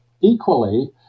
equally